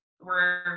we're-